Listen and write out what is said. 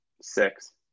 six